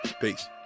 Peace